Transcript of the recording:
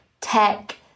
tech